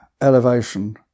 elevation